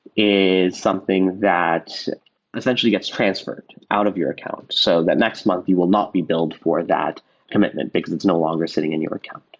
is something that essentially gets transferred out of your account so that next month you will not be billed for that commitment because it's no longer sitting in your account.